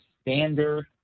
standard